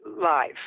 live